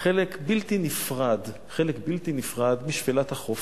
הם חלק בלתי נפרד משפלת החוף,